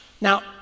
Now